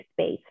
space